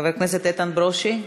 חבר הכנסת איתן ברושי.